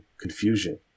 confusion